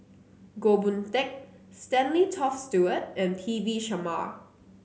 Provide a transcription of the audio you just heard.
Goh Boon Teck Stanley Toft Stewart and P V Sharma